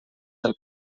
del